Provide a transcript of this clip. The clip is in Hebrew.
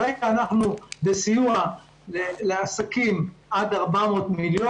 כרגע אנחנו בסיוע לעסקים עד 400 מיליון